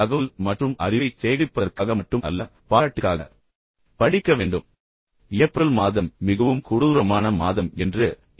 தகவல் மற்றும் அறிவை சேகரிப்பதற்காக மட்டும் அல்ல பாராட்டுக்காக படிக்க வேண்டும் ஏப்ரல் மாதம் மிகவும் கொடூரமான மாதம் என்று டி